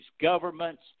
governments